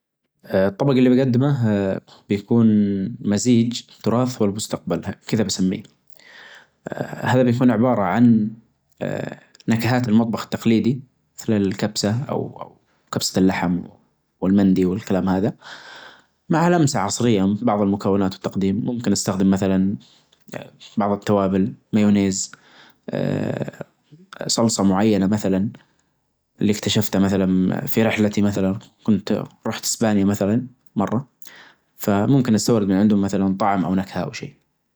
الطبج اللي بجدمه بيكون مزيج التراث و لمستقبلها كذا بسميه هذا بيكون عبارة عن نكهات المطبخ التقليدي مثلاً الكبسة او او كبسة اللحم والمندي والكلام هذا مع لمسة عصرية بعظ المكونات والتقديم ممكن استخدم مثلاً بعظ التوابل مايونيز صلصة معينة مثلا اللي اكتشفته مثلا في رحلتي مثلا كنت رحت اسبانيا مثلا مرة فممكن استورد من عندهم مثلا طعم او نكهة او شيء.